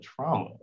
trauma